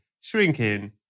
Shrinking